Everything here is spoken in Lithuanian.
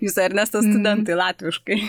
jūsų ernesta studentai latviškai